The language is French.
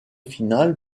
finale